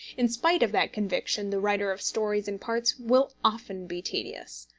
in spite of that conviction, the writer of stories in parts will often be tedious.